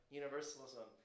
universalism